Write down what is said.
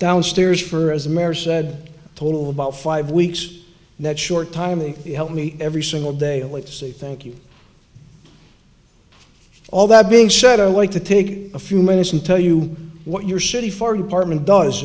downstairs for as mary said total about five weeks that short time and it helped me every single day only to say thank you all that being said i want to take a few minutes and tell you what your city fire department does